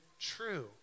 true